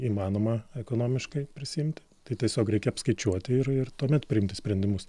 įmanoma ekonomiškai prisiimti tai tiesiog reikia apskaičiuoti ir ir tuomet priimti sprendimus